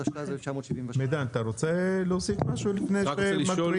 התשל"ז 1977. מידן אתה רוצה להוסיף משהו לפני שמקריאים?